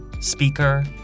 speaker